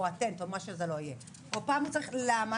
למה?